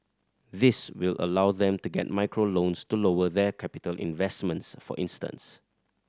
this will allow them to get micro loans to lower their capital investments for instance